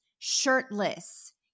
Shirtless